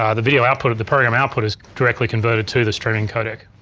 ah the video output of the program output is directly converted to the streaming codec.